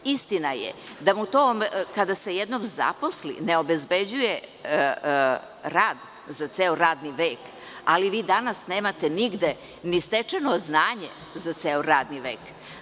Istina je da kada se jednom zaposli, to mu ne obezbeđuje rad za ceo radni vek, ali vi danas nemate nigde ni stečeno znanje za ceo radni vek.